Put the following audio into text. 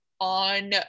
on